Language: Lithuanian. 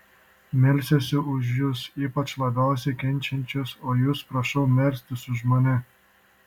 melsiuosi už jus ypač labiausiai kenčiančius o jūs prašau melstis už mane